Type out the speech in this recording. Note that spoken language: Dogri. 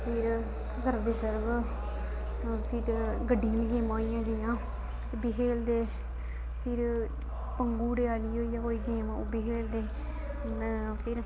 फिर सर्वे सर्व फिर गड्डी आह्ली गेमां होइयां जियां उब्बी खेलदे फिर पंगूड़े आह्ली होई कोई गेम उब्बी खेलदे न फिर